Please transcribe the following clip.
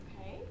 Okay